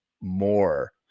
more